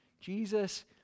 jesus